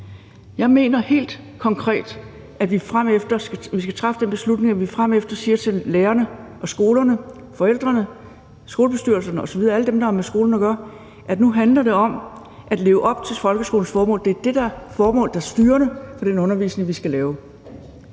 den beslutning, at vi fremefter siger til lærerne, skolerne, forældrene, skolebestyrelserne osv. – alle dem, der har med skolen at gøre – at det nu handler om at leve op til folkeskolens formål. Det er det formål, der er styrende for den undervisning, vi skal lave,